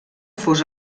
fos